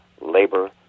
labor